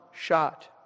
shot